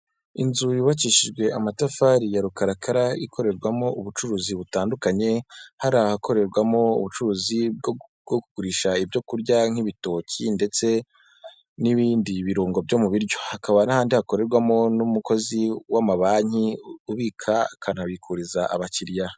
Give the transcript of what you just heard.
Inzu yubakishijwe amatafari ya rukarakara ikorerwamo ubucuruzi butandukanye, hari ahakorerwamo ubucuruzi bwo kugurisha ibyo kurya nk'ibitoki ndetse n'ibindi birungo byo mu biryo, hakaba n'ahandi hakorerwamo n'umukozi w'ama banki ubika akanabikuriza abakiriya.